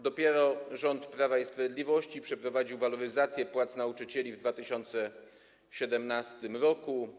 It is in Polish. Dopiero rząd Prawa i Sprawiedliwości przeprowadził waloryzację płac nauczycieli w 2017 r.